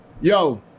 Yo